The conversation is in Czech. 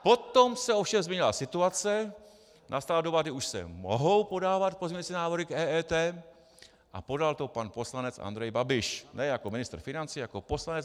Potom se ovšem změnila situace, nastala doba, kdy už se mohou podávat pozměňovací návrhy k EET, a podal to pan poslanec Andrej Babiš, ne jako ministr financí, ale jako poslanec.